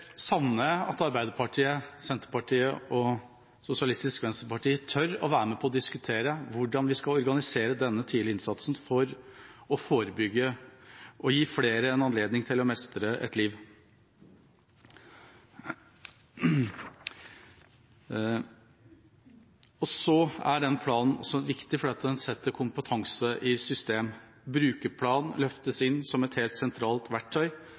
at Arbeiderpartiet, Senterpartiet og Sosialistisk Venstreparti tør å være med på å diskutere hvordan vi skal organisere denne tidlige innsatsen for å forebygge og gi flere en anledning til å mestre livet. Denne planen er også viktig fordi den setter kompetanse i system. BrukerPlan løftes inn som et helt sentralt verktøy,